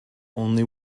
only